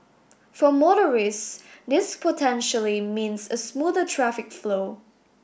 for motorist this potentially means a smoother traffic flow